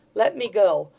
let me go!